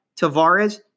Tavares